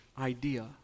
idea